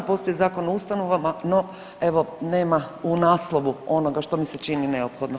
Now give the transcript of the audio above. Postoji Zakon o ustanovama, no evo nema u naslovu onoga što mi se čini neophodno.